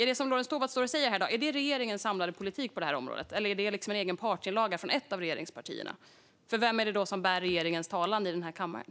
Är det som Lorentz Tovatt står här i dag och säger regeringens samlade politik på det här området, eller är det en partsinlaga från ett av regeringspartierna? Vem är det i så fall som för regeringens talan i kammaren?